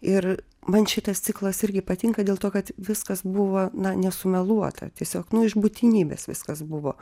ir man šitas ciklas irgi patinka dėl to kad viskas buvo na nesumeluota tiesiog nu iš būtinybės viskas buvo